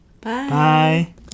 bye